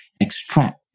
extract